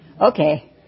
okay